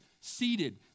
seated